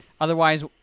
Otherwise